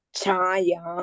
chaya